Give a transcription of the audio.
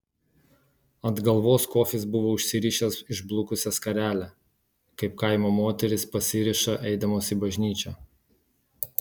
ant galvos kofis buvo užsirišęs išblukusią skarelę kaip kaimo moterys pasiriša eidamos į bažnyčią